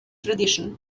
tradition